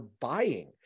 buying